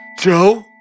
Joe